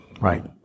Right